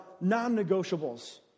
non-negotiables